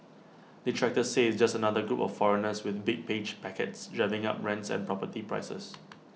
detractors say it's just another group of foreigners with big page packets driving up rents and property prices